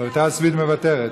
מוותרת,